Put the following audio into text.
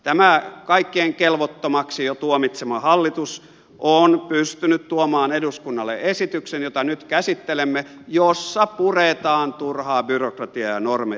tämä kaikkien kelvottomaksi jo tuomitsema hallitus on pystynyt tuomaan eduskunnalle esityksen jota nyt käsittelemme jossa puretaan turhaa byrokratiaa ja normeja